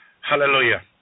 Hallelujah